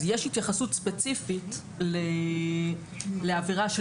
אז יש התייחסות ספציפית לעבירה של